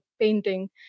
painting